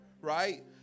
right